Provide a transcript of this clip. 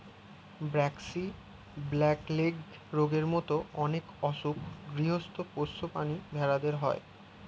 braxy, black leg রোগের মত অনেক অসুখ গৃহস্ত পোষ্য প্রাণী ভেড়াদের হয়